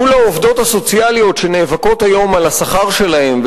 מול העובדות הסוציאליות שנאבקות היום על השכר שלהן,